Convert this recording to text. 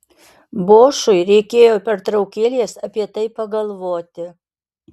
bošui reikėjo pertraukėlės apie tai pagalvoti